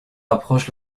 rapproche